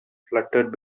fluttered